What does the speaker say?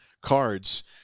cards